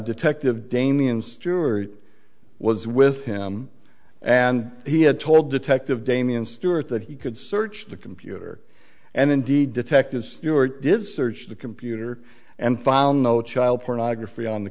detective damian stewart was with him and he had told detective damian stewart that he could search the computer and indeed detective stuart did search the computer and found no child pornography on the